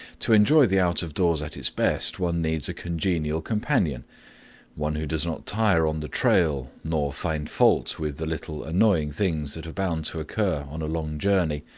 to enjoy the out-of-doors at its best one needs a congenial companion one who does not tire on the trail nor find fault with the little annoying things that are bound to occur on a long journey,